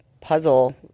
puzzle